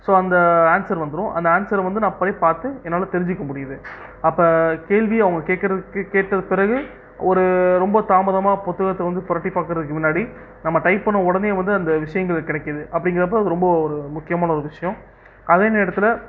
so அந்த answer வந்துரும் அந்த ஆன்சர வந்து நான் போய் பாத்து என்னால தெரிஞ்சிக்க முடியுது அப்ப கேள்வி அவுங்க கேக்கறது கே கேட்ட பிறகு ஒரு ரொம்ப தாமதமா புத்தகத்தை வந்து புரட்டி பாக்கறதுக்கு முன்னாடி நம்ம டைப் பண்ண ஒடனே வந்து அந்த விஷங்கள் கெடைக்கிது அப்படிங்கிறப்ப அது ரொம்ப ஒரு முக்கியமான ஒரு விஷயம் அதே நேரத்துல